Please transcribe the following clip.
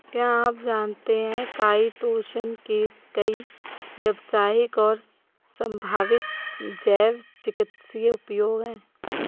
क्या आप जानते है काइटोसन के कई व्यावसायिक और संभावित जैव चिकित्सीय उपयोग हैं?